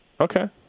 Okay